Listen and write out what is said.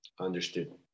Understood